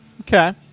Okay